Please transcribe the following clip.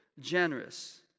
Generous